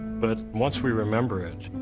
but once we remember it,